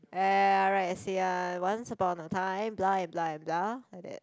ya write essay ah once upon of time blah and blah and blah like that